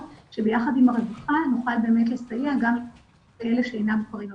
שביחד עם הרווחה נוכל באמת לסייע גם לאלה שאינם מוכרים לרווחה.